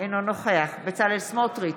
אינו נוכח בצלאל סמוטריץ'